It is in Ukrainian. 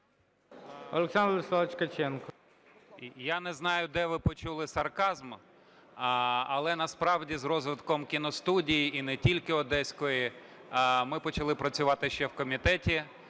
Я не знаю, де ви почули сарказм. Але насправді з розвитком кіностудії, і не тільки одеської, ми почали працювати ще в комітеті.